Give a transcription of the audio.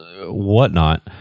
whatnot